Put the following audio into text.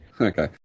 Okay